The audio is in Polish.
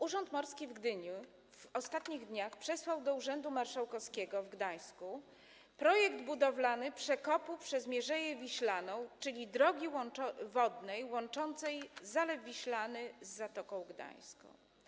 Urząd Morski w Gdyni w ostatnich dniach przesłał do urzędu marszałkowskiego w Gdańsku projekt budowy przekopu przez Mierzeję Wiślaną, czyli drogi wodnej łączącej Zalew Wiślany z Zatoką Gdańską.